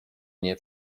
nie